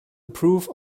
approve